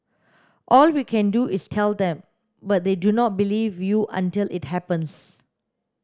all we can do is tell them but they do not believe you until it happens